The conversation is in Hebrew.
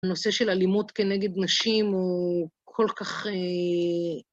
הנושא של אלימות כנגד נשים הוא כל כך...